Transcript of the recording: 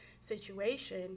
situation